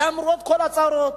למרות כל הצרות,